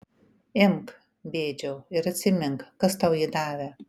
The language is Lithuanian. imk bėdžiau ir atsimink kas tau jį davė